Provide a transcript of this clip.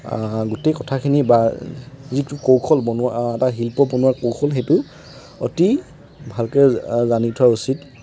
গোটেই কথাখিনি বা যিটো কৌশল বনোৱা এটা শিল্প বনোৱাৰ কৌশল সেইটো অতি ভালকৈ জানি থোৱা উচিত